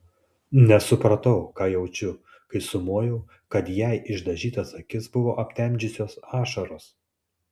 nesupratau ką jaučiu kai sumojau kad jai išdažytas akis buvo aptemdžiusios ašaros